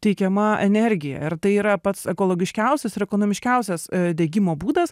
teikiama energija ir tai yra pats ekologiškiausias ir ekonomiškiausias degimo būdas